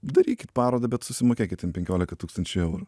darykit parodą bet susimokėkit ten penkioliką tūkstančių eurų